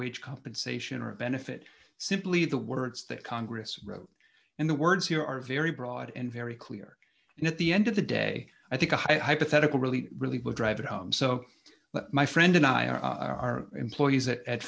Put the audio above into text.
wage compensation or a benefit simply the words that congress wrote in the words here are very broad and very clear and at the end of the day i think a hypothetical really really will drive it home so that my friend and i are our employees